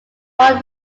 won